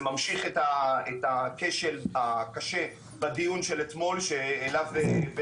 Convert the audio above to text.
זה ממשיך את הכשל הקשה של הדיון אתמול שבו